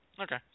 Okay